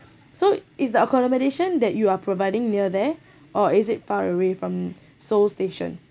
so is the accommodation that you are providing near there or is it far away from seoul station